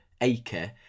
acre